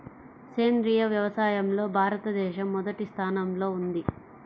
సేంద్రీయ వ్యవసాయంలో భారతదేశం మొదటి స్థానంలో ఉంది